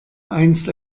einst